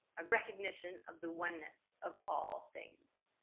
a recognition of the oneness of all things.